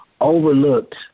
overlooked